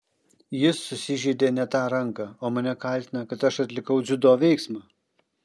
jis susižeidė ne tą ranką o mane kaltina kad aš atlikau dziudo veiksmą